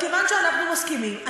כיוון שאנחנו מסכימים,